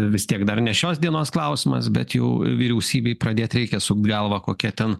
vis tiek dar ne šios dienos klausimas bet jau vyriausybei pradėt reikia sukt galvą kokia ten